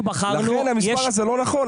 לכן, המספר הזה לא נכון.